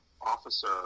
officer